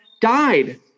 died